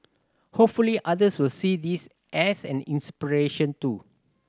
hopefully others will see this as an inspiration too